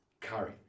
curry